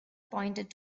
pointed